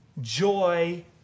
joy